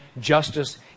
justice